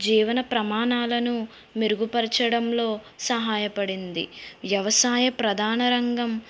జీవన ప్రమాణాలను మెరుగుపరచడంలో సహాయపడింది వ్యవసాయ ప్రధాన రంగం